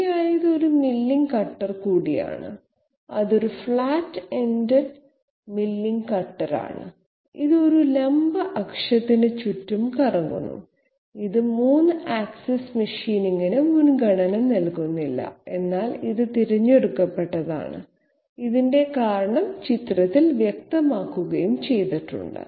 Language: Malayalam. ശരിയായത് ഒരു മില്ലിംഗ് കട്ടർ കൂടിയാണ് അത് ഒരു ഫ്ലാറ്റ് എൻഡഡ് മില്ലിംഗ് കട്ടർ ആണ് ഇത് ഒരു ലംബ അക്ഷത്തിന് ചുറ്റും കറങ്ങുന്നു ഇത് 3 ആക്സിസ് മെഷീനിംഗിന് മുൻഗണന നൽകുന്നില്ല എന്നാൽ ഇത് തിരഞ്ഞെടുക്കപ്പെട്ടതാണ് ഇതിന്റെ കാരണം ചിത്രത്തിൽ വ്യക്തമാക്കുകയും ചെയ്തിട്ടുണ്ട്